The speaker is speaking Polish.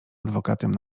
adwokatem